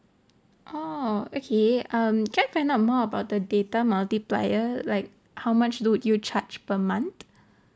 oh okay um can I find out more about the data multiplier like how much do you charge per month